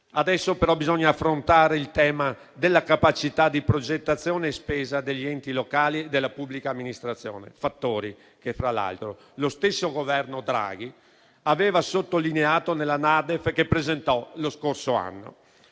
Adesso, però, bisogna affrontare il tema della capacità di progettazione e di spesa degli enti locali e della pubblica amministrazione; fattori che, tra l'altro, lo stesso Governo Draghi aveva sottolineato nella NADEF che presentò lo scorso anno.